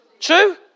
True